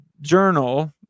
journal